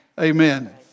Amen